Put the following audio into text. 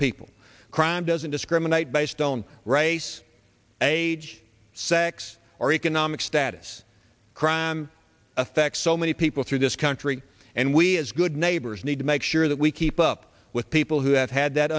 people crime doesn't discriminate based on race age sex or economic status crime affects so many people through this terry and we as good neighbors need to make sure that we keep up with people who have had that